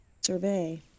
survey